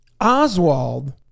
Oswald